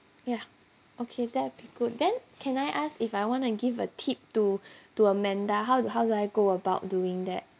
ya okay that would be good then can I ask if I want to give a tip to to amanda how do how do I go about doing that